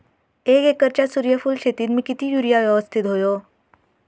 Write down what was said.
एक एकरच्या सूर्यफुल शेतीत मी किती युरिया यवस्तित व्हयो?